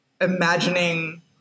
imagining